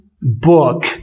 book